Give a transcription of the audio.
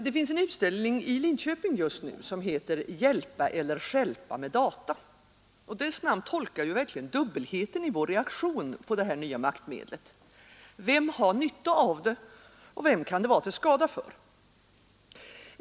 Det finns en utställning i Linköping just nu, som heter ”Hjälpa eller stjälpa med data? ”. Dess namn tolkar verkligen dubbelheten i vår reaktion på detta nya maktmedel. Vem har nytta av det, och vem kan det vara till skada för?